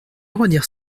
redire